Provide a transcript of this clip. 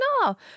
no